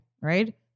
right